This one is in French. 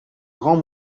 grand